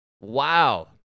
Wow